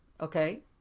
okay